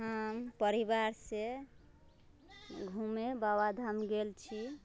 हम परिवारसँ घुमे बाबाधाम गेल छी